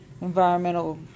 environmental